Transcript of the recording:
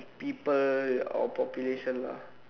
people or population lah